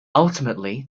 ultimately